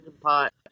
pot